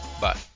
Bye